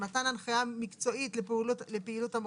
של מתן הנחייה מקצועית לפעילות המוקד,